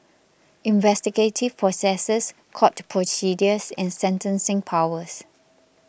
investigative processes court procedures and sentencing powers